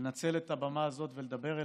לנצל את הבמה הזאת ולדבר אליך,